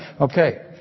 Okay